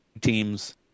teams